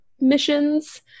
missions